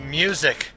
music